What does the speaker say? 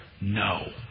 no